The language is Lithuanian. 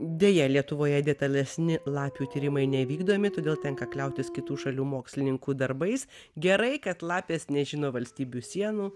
deja lietuvoje detalesni lapių tyrimai nevykdomi todėl tenka kliautis kitų šalių mokslininkų darbais gerai kad lapės nežino valstybių sienų